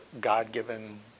God-given